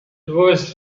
was